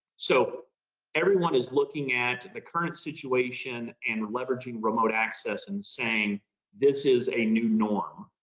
so everyone is looking at the current situation and leveraging remote access and saying this is a new norm.